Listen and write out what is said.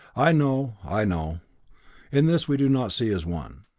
i know i know in this we do not see as one.